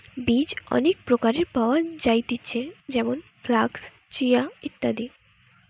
বীজ অনেক প্রকারের পাওয়া যায়তিছে যেমন ফ্লাক্স, চিয়া, ইত্যাদি